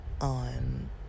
on